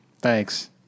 Thanks